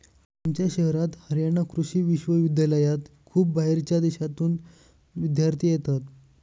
आमच्या शहरात हरयाणा कृषि विश्वविद्यालयात खूप बाहेरच्या देशांतून विद्यार्थी येतात